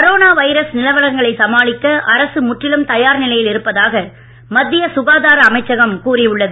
corona virus நிலவரங்களை சமாளிக்க அரசு முற்றிலும் தயார் நிலையில் இருப்பதாக மத்திய சுகாதார அமைச்சகம் கூறி உள்ளது